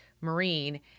Marine